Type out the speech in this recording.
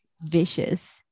vicious